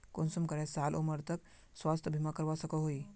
कुंसम करे साल उमर तक स्वास्थ्य बीमा करवा सकोहो ही?